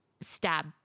stab